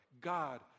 God